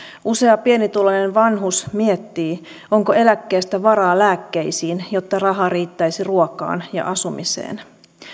usea pienituloinen vanhus miettii onko eläkkeestä varaa lääkkeisiin jotta rahaa riittäisi ruokaan ja asumiseen